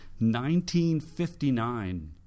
1959